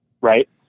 Right